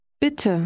Bitte